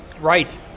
Right